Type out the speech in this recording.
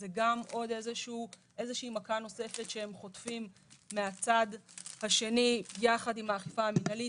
זו עוד איזושהי מכה נוספת שהם חוטפים מהצד השני יחד עם האכיפה המנהלית.